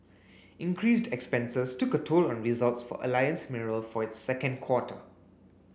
increased expenses took a toll on results for Alliance Mineral for its second quarter